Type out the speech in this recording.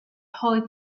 holy